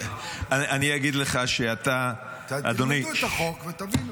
אני אגיד לך שאתה --- תלמדו את החוק ותבינו.